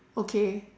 okay